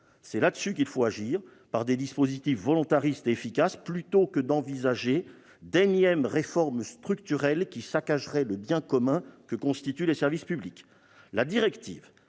C'est là-dessus qu'il faut agir, par des dispositifs volontaristes et efficaces, plutôt que d'envisager d'énièmes réformes structurelles qui saccageraient le bien commun que constituent les services publics.